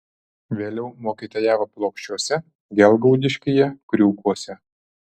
vėliau mokytojavo plokščiuose gelgaudiškyje kriūkuose